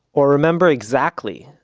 or remember exactly,